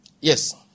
Yes